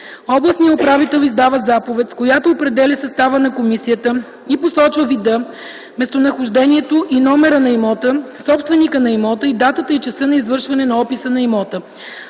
Областният управител издава заповед, с която определя състава на комисията и посочва вида, местонахождението и номера на имота, собственика на имота и датата и часа на извършване на описа на имота.